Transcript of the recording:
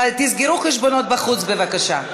תסגרו חשבונות בחוץ, בבקשה.